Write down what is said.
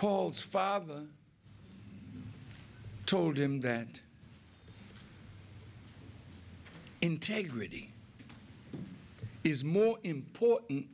paul's father told him that integrity is more important